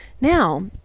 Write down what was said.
Now